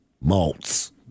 malts